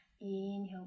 Inhale